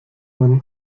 man